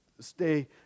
Stay